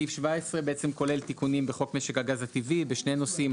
סעיף 17 בעצם כולל תיקונים בחוק משק הגז הטבעי בשני נושאים,